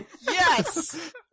Yes